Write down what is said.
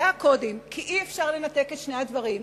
זה הקודים, כי אי-אפשר לנתק את שני הדברים.